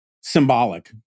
symbolic